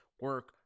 Work